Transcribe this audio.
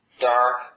dark